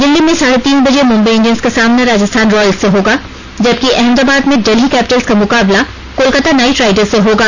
दिल्ली में साढ़े तीन बजे मुंबई इंडियंस का सामना राजस्थान रॉयल्स से होगा जबकि अहमदाबाद में डेल्ही कैपिटल्स का मुकाबला कोलकाता नाइट राइडर्स से होगा